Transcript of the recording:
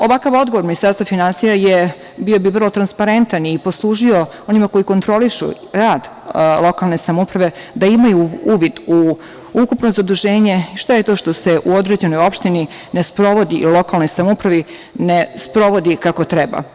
Ovakav odgovor Ministarstva finansija bi bio vrlo transparentan i poslužio bi onima koji kontrolišu rad lokalne samouprave da imaju uvid u ukupno zaduženje i šta je to što se u određenoj opštini ne sprovodi kako treba.